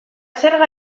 zerga